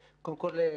קודם כול,